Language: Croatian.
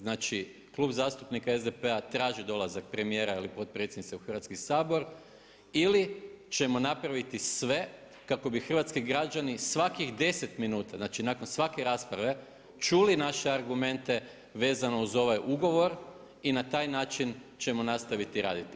Znači Klub zastupnika SDP-a traži dolazak premijera ili potpredsjednice u Hrvatski sabor ili ćemo napraviti sve kako bi hrvatski građani svakih 10 minuta, znači nakon svake rasprave čuli naše argumente vezano uz ovaj ugovor i na taj način ćemo nastaviti raditi.